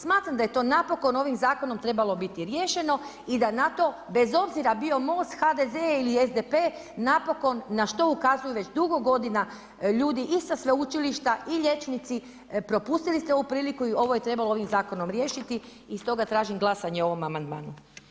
Smatram da je to napokon ovim zakonom trebalo biti riješeno i da na to, bez obzira bio MOST, HDZ ili SDP, napokon na što ukazuju već dugo godina ljudi iz sa sveučilišta i liječnici propustili ste ovu priliku i ovo je trebalo ovim zakonom riješiti i stoga tražim glasanje o ovom amandmanu.